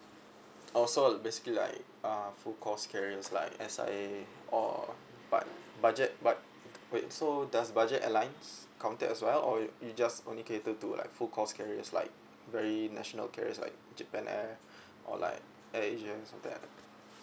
oh so basically like a full course carriers like S_I_A or but budget but wait so does budget airlines counted as well or you just only cater to like full course carriers like very national carriers like japan air or like air asia something like that